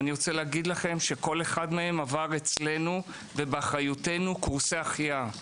כל אחד מהם עבר אצלנו ובאחריותנו קורסי החייאה.